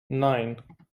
nine